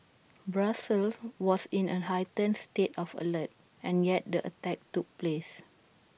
Brussels was in A heightened state of alert and yet the attack took place